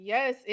Yes